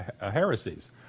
heresies